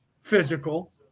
physical